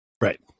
Right